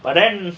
but then